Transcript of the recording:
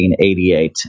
1988